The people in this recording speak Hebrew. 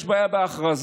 יש בעיה בהכרזה.